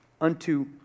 unto